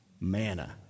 Manna